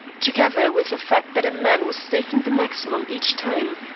together with the fact that a man was staking the maximum each time.